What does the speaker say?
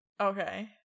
Okay